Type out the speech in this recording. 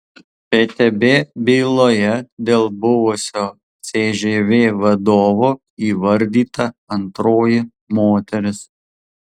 ftb byloje dėl buvusio cžv vadovo įvardyta antroji moteris